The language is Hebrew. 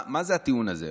כאילו, מה זה הטיעון הזה?